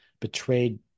betrayed